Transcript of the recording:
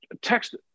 text